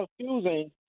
confusing